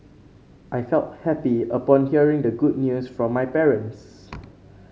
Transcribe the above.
I felt happy upon hearing the good news from my parents